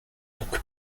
donc